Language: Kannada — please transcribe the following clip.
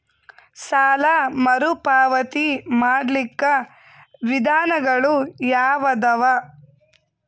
ಸಾಲ ಮರುಪಾವತಿ ಮಾಡ್ಲಿಕ್ಕ ವಿಧಾನಗಳು ಯಾವದವಾ?